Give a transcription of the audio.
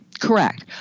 correct